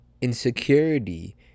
insecurity